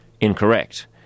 incorrect